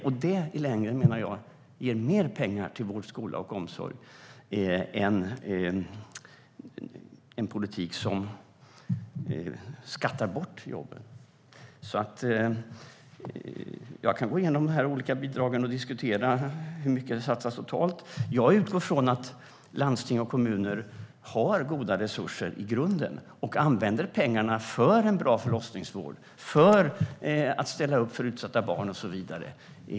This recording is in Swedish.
Jag menar att det i längden ger mer pengar till vård, skola och omsorg än en politik som skattar bort jobben. Jag kan gå igenom de olika bidragen och diskutera hur mycket det satsas totalt. Jag utgår från att landsting och kommuner har goda resurser i grunden och använder pengarna för en bra förlossningsvård, för att ställa upp för utsatta barn och så vidare.